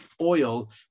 oil